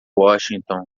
washington